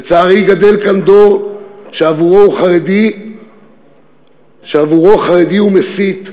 לצערי גדל כאן דור שעבורו חרדי הוא מסית,